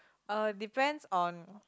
uh depends on